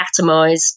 atomised